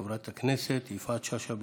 חברת הכנסת יפעת שאשא ביטון.